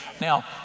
Now